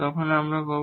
তখন আমরা এটা পাব